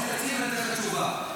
לגבי בסיס תקציב, אני אתן לך תשובה.